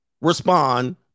respond